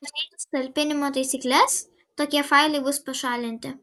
pažeidus talpinimo taisykles tokie failai bus pašalinti